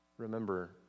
Remember